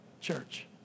church